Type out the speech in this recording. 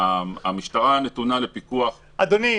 המשטרה נתונה לפיקוח של מבקר ה --- אדוני,